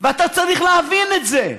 ואתה צריך להבין את זה,